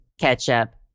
ketchup